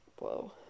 whoa